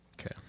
Okay